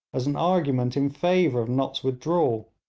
as an argument in favour of nott's withdrawal.